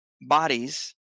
bodies